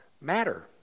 matter